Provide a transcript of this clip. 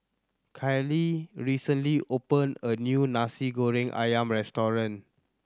Kaylie recently opened a new Nasi Goreng Ayam restaurant